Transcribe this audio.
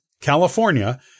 California